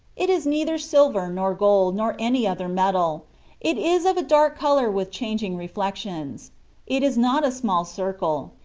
it is neither silver, nor gold, nor any other metal it is of a dark colour with changing reflections it is not a small circle,